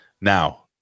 Now